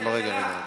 לא,